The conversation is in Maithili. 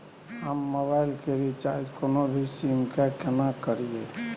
हम मोबाइल के रिचार्ज कोनो भी सीम के केना करिए?